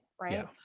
right